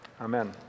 Amen